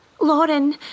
Lauren